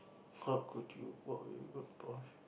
how could you what were you